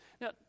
Now